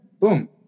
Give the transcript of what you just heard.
Boom